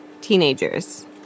teenagers